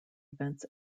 events